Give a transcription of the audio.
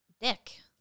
dick